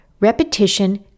Repetition